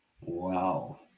Wow